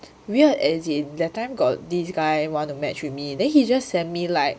weird as in that time got this guy want to match with me then he just send me like